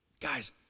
Guys